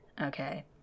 okay